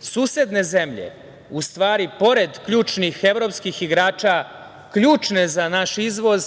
susedne zemlje, u stvari, pored ključnih evropskih igrača ključne za naš izvoz,